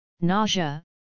nausea